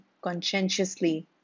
conscientiously